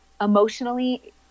emotionally